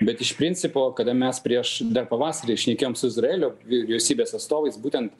bet iš principo kada mes prieš pavasarį šnekėjom su izraelio vyriausybės atstovais būtent